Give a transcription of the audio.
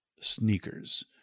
sneakers